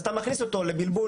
אז אתה מכניס אותו לבלבול,